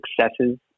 successes